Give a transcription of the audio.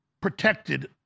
protected